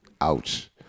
Ouch